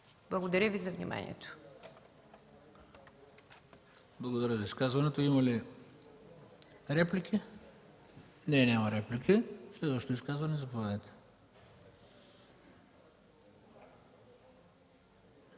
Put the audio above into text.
Благодаря за вниманието.